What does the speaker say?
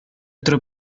tro